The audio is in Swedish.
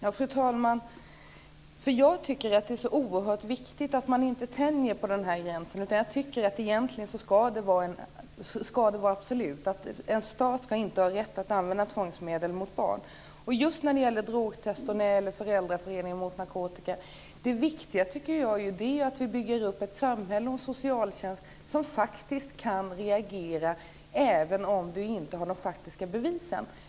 Fru talman! Jag tycker att det är oerhört viktigt att man inte tänjer på den här gränsen. Jag tycker egentligen att det här ska vara absolut. En stat ska inte ha rätt att använda tvångsmedel mot barn. Just när det gäller drogtester och Föräldraföreningen Mot Narkotika tycker jag att det viktiga är att vi bygger upp ett samhälle och en socialtjänst som faktiskt kan reagera även om man inte har några faktiska bevis.